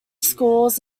schools